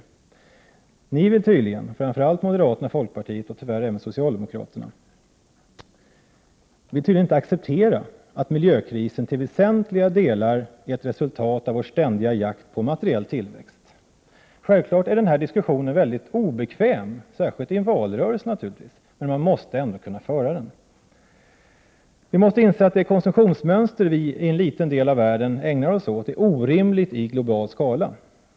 Ni vill tydligen, framför allt moderaterna och folkpartiet och tyvärr även socialdemokraterna, inte acceptera att miljökrisen till väsentliga delar är ett resultat av vår ständiga jakt på materiell tillväxt. Självklart är den här diskussionen mycket obekväm, särskilt i en valrörelse, men den måste ändå kunna föras. Vi måste inse att det konsumtionsmönster vi i en liten del av världen ägnar oss åt är orimligt i global skala.